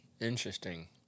Interesting